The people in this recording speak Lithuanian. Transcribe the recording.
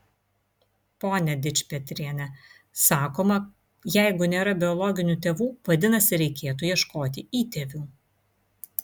pone dičpetriene sakoma jeigu nėra biologinių tėvų vadinasi reikėtų ieškoti įtėvių